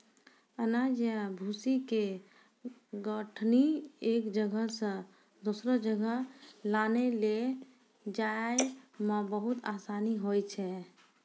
अनाज या भूसी के गठरी एक जगह सॅ दोसरो जगह लानै लै जाय मॅ बहुत आसानी होय छै